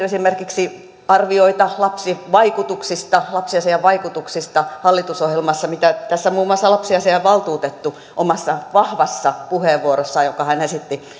esimerkiksi arvioita lapsivaikutuksista lapsiasiavaikutuksista hallitusohjelmassa mitä tässä muun muassa lapsiasiavaltuutettu omassa vahvassa puheenvuorossaan jonka hän esitti